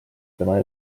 tema